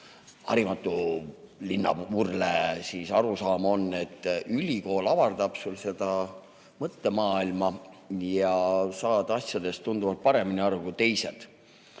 harimatu linnavurle arusaam on, ülikool avardab sul seda mõttemaailma ja saad asjadest tunduvalt paremini aru kui teised.